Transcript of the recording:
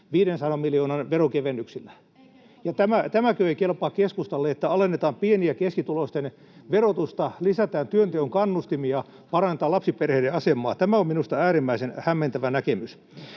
[Sanna Antikainen: Ei kelpaa näköjään!] että alennetaan pieni- ja keskituloisten verotusta, lisätään työnteon kannustimia, parannetaan lapsiperheiden asemaa? Tämä on minusta äärimmäisen hämmentävä näkemys.